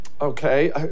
Okay